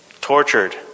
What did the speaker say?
tortured